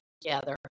together